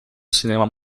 cinema